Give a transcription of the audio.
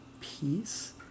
peace